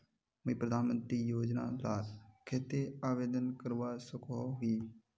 मुई प्रधानमंत्री योजना लार केते आवेदन करवा सकोहो ही?